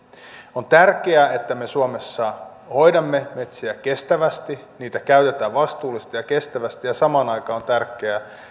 on tärkeää että me suomessa hoidamme metsiä kestävästi niitä käytetään vastuullisesti ja kestävästi ja samaan aikaan on tärkeää